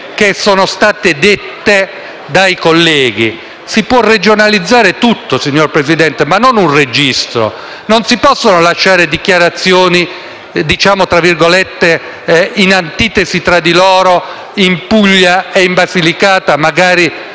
grazie a tutti